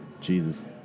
Jesus